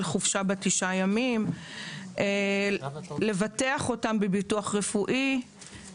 חופשה בת תשעה ימים; לבטח אותם בביטוח רפואי;